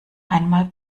einmal